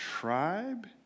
tribe